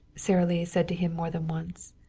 sara lee said to him more than once.